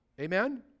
Amen